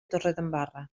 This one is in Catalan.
torredembarra